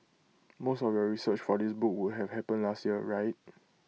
most of your research for this book would have happened last year right